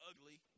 ugly